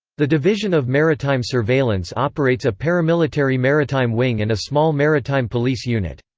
the division of maritime surveillance operates a paramilitary maritime wing and a small maritime police unit.